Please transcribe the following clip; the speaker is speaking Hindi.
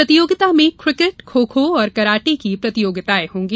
प्रतियोगिता में क्रिकेट खो खो और कराटे की प्रतियोगिताएं होगी